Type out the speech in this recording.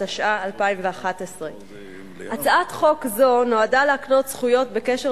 התשע"א 2011. הצעת חוק זו נועדה להקנות זכויות בקשר